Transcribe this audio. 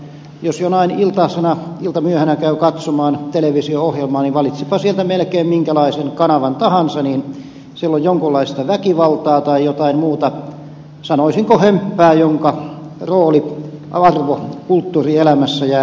jos jonain iltamyöhänä käy katsomaan televisio ohjelmaa niin valitsipa sieltä melkein minkälaisen kanavan tahansa siellä on jonkinlaista väkivaltaa tai jotain muuta sanoisinko hömppää jonka rooli arvo kulttuurielämässä jää perin vähäiseksi